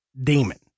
demon